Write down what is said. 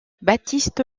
baptiste